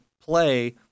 play